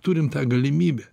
turim tą galimybę